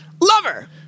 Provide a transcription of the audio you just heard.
Lover